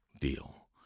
deal